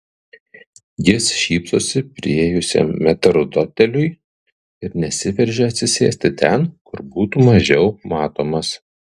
jis šypsosi priėjusiam metrdoteliui ir nesiveržia atsisėsti ten kur būtų mažiau matomas